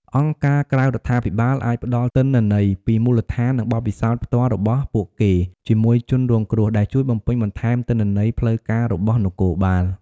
អង្គការក្រៅរដ្ឋាភិបាលអាចផ្ដល់ទិន្នន័យពីមូលដ្ឋាន និងបទពិសោធន៍ផ្ទាល់របស់ពួកគេជាមួយជនរងគ្រោះ ដែលជួយបំពេញបន្ថែមទិន្នន័យផ្លូវការរបស់នគរបាល។